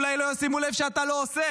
אולי לא ישימו לב שאתה לא עושה.